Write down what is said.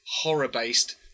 horror-based